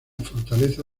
fortaleza